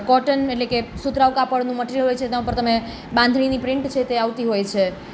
cotton એટલે કે સુતરાઉ કાપડનું મટિરિયલ હોય છે તેમાં ઉપર તમે બાંધણીની પ્રિન્ટ હોય છે તે આવતી હોય છે